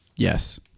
Yes